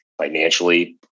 financially